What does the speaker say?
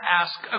ask